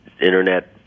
internet